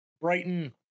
Brighton